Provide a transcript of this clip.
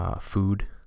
food